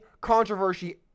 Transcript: controversy